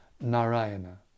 Narayana